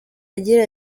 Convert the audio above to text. agira